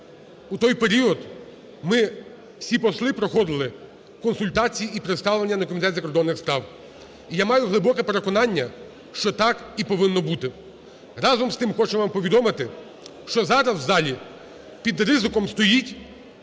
У той період ми, всі посли проходили консультації і представлення на Комітет закордонних справах. І я маю глибоке переконання, що так і повинно бути. Разом з тим, хочу вам повідомити, що зараз в залі під ризиком стоїть